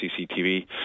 CCTV